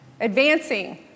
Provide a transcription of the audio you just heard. advancing